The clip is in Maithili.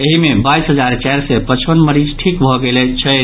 एहि मे बाइस हजार चारि सय पचपन मरीज ठीक भऽ गेल छथि